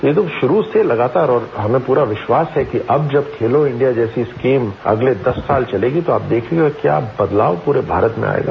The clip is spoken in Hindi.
ये तो शुरू से लगातार और हमे पूरा विश्वास है कि अब जब खेलो इंडिया जैसी स्कीम अगले दस साल चलेगी तो आप देखिएगा क्या बदलाव पूरे भारत में आएगा